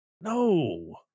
No